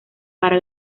para